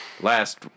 last